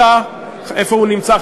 איפה הוא נמצא,